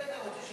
אתה באמת בסדר?